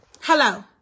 Hello